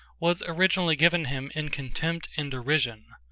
was originally given him in contempt and derision.